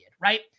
right